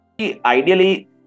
Ideally